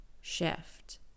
shift